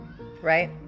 Right